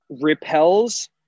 repels